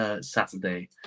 Saturday